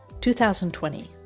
2020